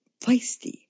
feisty